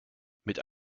mit